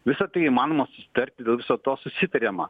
visa tai įmanoma susitarti dėl viso to susitariama